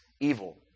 evil